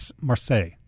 Marseille